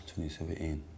2017